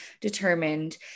determined